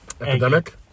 epidemic